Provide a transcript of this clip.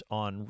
on